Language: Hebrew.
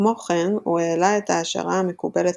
כמו כן הוא העלה את ההשערה המקובלת